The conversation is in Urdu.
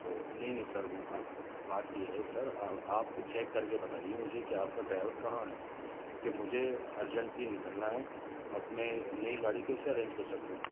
تو نہیں نہیں سر وہ بات یہ ہے سر آپ چیک کر کے بتائیے مجھے کہ آپ کا ڈرائیور کہاں ہے کیونکہ مجھے ارجینٹلی نکلنا ہے اب میں نئی گاڑی کیسے ارینج کر سکتا ہوں